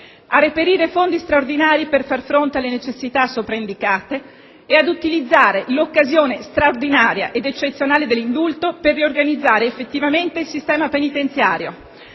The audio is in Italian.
a reperire fondi straordinari per far fronte alle necessità sopraindicate e ad utilizzare l'occasione straordinaria ed eccezionale dell'indulto per riorganizzare effettivamente il sistema penitenziario,